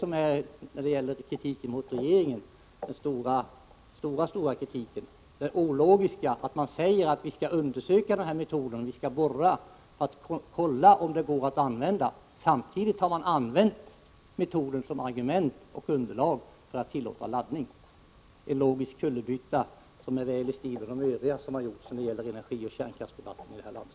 Den allvarligaste kritiken mot regeringen riktas ju just mot det ologiska i att regeringen säger att vi genom bl.a. borrningar skall undersöka om metoden att lagra avfallet i urberget går att utnyttja, samtidigt som metoden användes som argument i beslutsunderlaget när man tillät laddning av kärnkraftverken. Det är en logisk kullerbytta, väl i stil med de övriga som har gjorts i energioch kärnkraftsdebatten i det här landet.